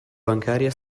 bancaria